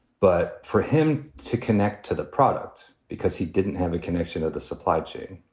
but for him to connect to the product because he didn't have a connection of the supply chain,